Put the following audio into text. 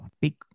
big